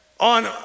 On